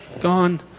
gone